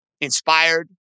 inspired